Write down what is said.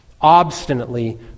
Obstinately